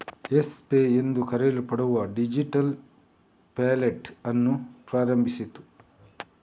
Yes Pay ಎಂದು ಕರೆಯಲ್ಪಡುವ digital wallet ಅನ್ನು ಪ್ರಾರಂಭಿಸಿತು